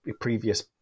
previous